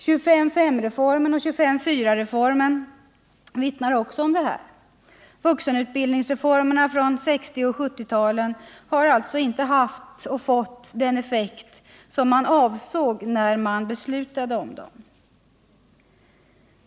25:5 och 25:4 reformen vittnar också om detta. Vuxenutbildningsreformerna från 1960 och 1970-talen har alltså inte haft den effekt man avsåg när man beslutade om dem.